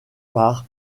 par